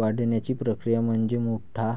वाढण्याची प्रक्रिया म्हणजे मोठा